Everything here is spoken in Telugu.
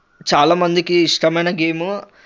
చాలామందికి ఇష్టమైన గేము